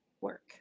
work